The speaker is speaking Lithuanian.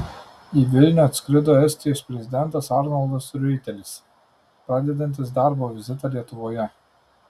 į vilnių atskrido estijos prezidentas arnoldas riuitelis pradedantis darbo vizitą lietuvoje